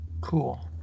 Cool